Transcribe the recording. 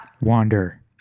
Wander